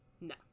no